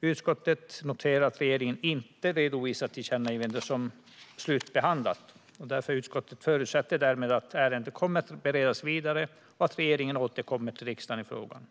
Utskottet noterar att regeringen inte redovisar tillkännagivandet som slutbehandlat. Utskottet förutsätter därmed att ärendet kommer att beredas vidare och att regeringen återkommer till riksdagen i frågan.